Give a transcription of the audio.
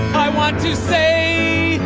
i want to say,